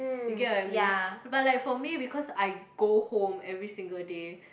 you get what I mean but like for me because I go home every single day